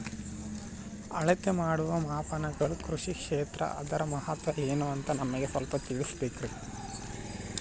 ಅಳತೆ ಮಾಡುವ ಮಾಪನಗಳು ಕೃಷಿ ಕ್ಷೇತ್ರ ಅದರ ಮಹತ್ವ ಏನು ಅಂತ ನಮಗೆ ಸ್ವಲ್ಪ ತಿಳಿಸಬೇಕ್ರಿ?